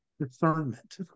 discernment